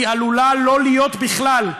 היא עלולה לא להיות בכלל.